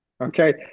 Okay